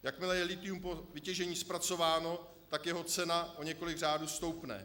Jakmile je lithium po vytěžení zpracováno, tak jeho cena o několik řádů stoupne.